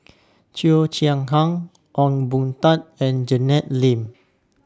Cheo Chai Hiang Ong Boon Tat and Janet Lim